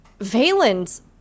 Valens